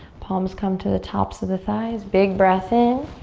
palms come to the tops of the thighs. big breath in.